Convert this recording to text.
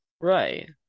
right